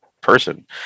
person